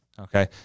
Okay